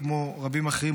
כמו רבים אחרים,